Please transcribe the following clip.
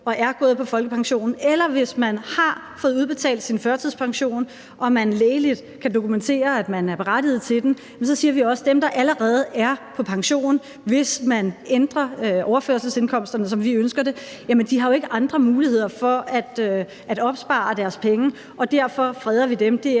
og er gået på folkepension, eller hvis man har fået udbetalt sin førtidspension og man lægeligt kan dokumentere, at man er berettiget til den, så er det sådan, at hvis overførselsindkomsterne bliver ændret, som vi ønsker det, har man jo ikke andre muligheder for at opspare sine penge, og derfor bliver man